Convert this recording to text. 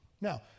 Now